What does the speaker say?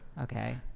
Okay